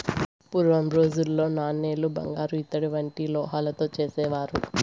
పూర్వం రోజుల్లో నాణేలు బంగారు ఇత్తడి వంటి లోహాలతో చేసేవారు